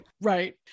right